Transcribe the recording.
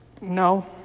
No